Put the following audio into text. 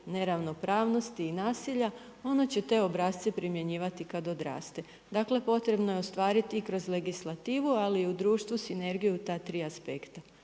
neravnopravnosti i nasilja, ono će te obrasce primjenjivati kad odraste. Dakle, potrebno je ostvariti i kroz legislativu ali u društvu sinergije ta tri aspekta.